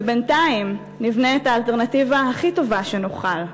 ובינתיים נבנה את האלטרנטיבה הכי טובה שנוכל,